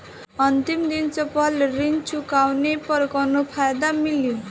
अंतिम दिन से पहले ऋण चुकाने पर कौनो फायदा मिली?